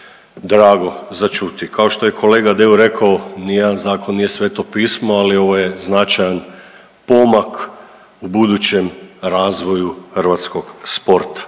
drago za čuti. Kao što je kolega Deur rekao, nijedan zakon nije sveto pismo, ali ovo je značajan pomak u budućem razvoju hrvatskog sporta.